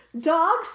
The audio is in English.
Dogs